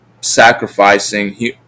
sacrificing